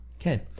Okay